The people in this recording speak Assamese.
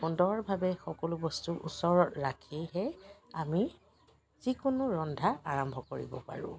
সুন্দৰভাৱে সকলো বস্তু ওচৰত ৰাখিহে আমি যিকোনো ৰন্ধা আৰম্ভ কৰিব পাৰোঁ